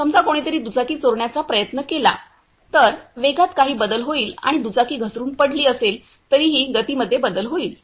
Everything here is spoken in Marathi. समजा कोणीतरी दुचाकी चोरण्याचा प्रयत्न केला तर वेगात काही बदल होईल आणि दुचाकी घसरुन पडली असेल तरीही गतीमध्येही बदल होईल